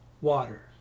water